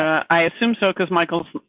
i assume so, because michael's.